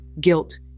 guilt